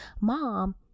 mom